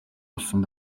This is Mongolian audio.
болсон